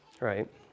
right